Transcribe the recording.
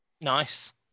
Nice